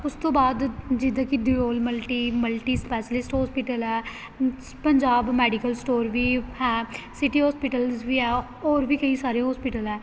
ਉਸ ਤੋਂ ਬਾਅਦ ਜਿੱਦਾਂ ਕਿ Deol multi multi specialist hospital ਹੈ ਪੰਜਾਬ ਮੈਡੀਕਲ ਸਟੋਰ ਵੀ ਹੈ ਸਿਟੀ ਹੋਸਪੀਟਲਸ ਵੀ ਹੈ ਔਰ ਵੀ ਕਈ ਸਾਰੇ ਹੋਸਪੀਟਲ ਹੈ